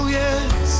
yes